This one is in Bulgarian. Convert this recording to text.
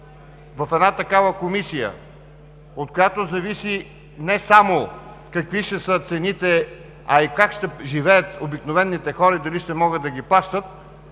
когато в комисия, от която зависи не само какви ще са цените, а и как ще живеят обикновените хора и дали ще могат да ги плащат,